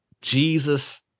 Jesus